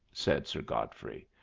said sir godfrey.